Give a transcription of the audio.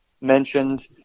mentioned